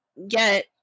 get